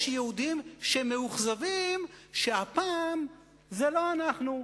יש יהודים שמאוכזבים שהפעם זה לא אנחנו,